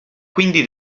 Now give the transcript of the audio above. quindi